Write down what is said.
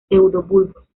pseudobulbos